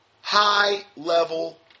High-level